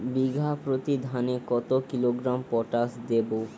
বিঘাপ্রতি ধানে কত কিলোগ্রাম পটাশ দেবো?